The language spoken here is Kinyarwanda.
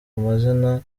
amazina